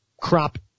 crop